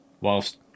whilst